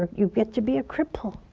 you get to be a cripple,